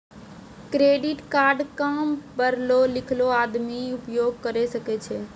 Credit card काम पढलो लिखलो आदमी उपयोग करे सकय छै?